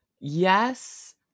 yes